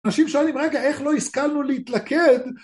אנשים שואלים רגע איך לא הסכלנו להתלכד